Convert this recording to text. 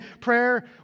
Prayer